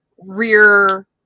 rear